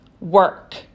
work